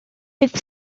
bydd